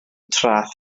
traeth